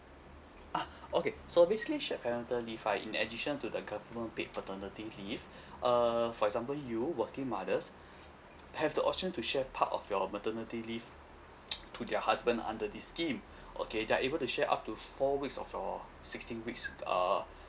ah okay so basically shared parental leave ah in addition to the government paid paternity leave err for example you working mothers have the option to share part of your maternity leave to their husband under this scheme okay they're able to share up to four weeks of your sixteen weeks the uh